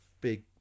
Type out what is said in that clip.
big